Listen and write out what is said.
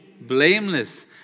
blameless